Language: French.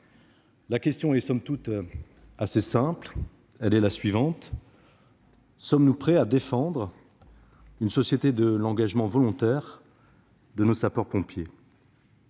La question, somme toute assez simple, est la suivante : sommes-nous prêts à défendre une société de l'engagement volontaire de nos sapeurs-pompiers ?